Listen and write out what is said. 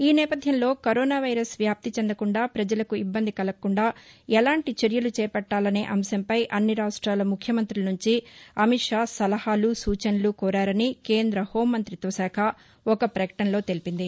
ఈ నేపథ్యంలో corona virus వ్యాప్తి చెందకుండా ప్రజలకు ఇబ్బంది కలగకుండా ఎలాంటి చర్యలు చేపట్టాలనే అంశంపై అన్ని రాష్ట్రాల ముఖ్యమంత్రుల నుంచి అమిత్ షా సలహాలు సూచనలు కోరారని కేంద్ర హోంమంతిత్వశాఖ ఒక ప్రకటనలో తెలిపింది